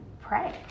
pray